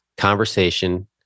Conversation